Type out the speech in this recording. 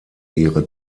ihre